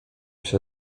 się